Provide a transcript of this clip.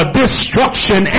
destruction